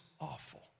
awful